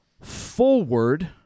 forward